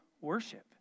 worship